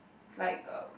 like a